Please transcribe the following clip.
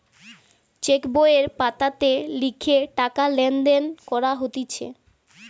check বইয়ের পাতাতে লিখে টাকা লেনদেন করা হতিছে